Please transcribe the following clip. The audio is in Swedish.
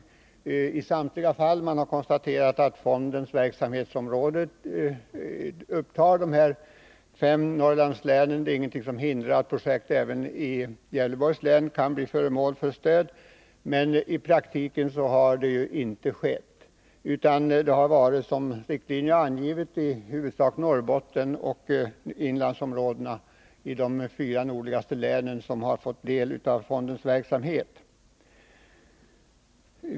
Riksdagen har konstaterat att fondens verksamhetsområde upptar de fem Norrlandslänen och att ingenting hindrar att även projekt i Gävleborgs län kan bli föremål för stöd. I praktiken har dock inget stöd givits till Gävleborgs län, utan som riktlinjerna anger har i huvudsak Norrbotten och inlandsområdena i de fyra nordligaste länen fått del av fondens verksamhet.